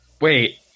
Wait